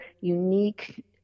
unique